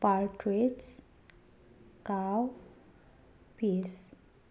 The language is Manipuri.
ꯄꯥꯔꯇ꯭ꯔꯤꯠꯁ ꯀꯥꯎ ꯄꯤꯁ